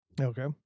Okay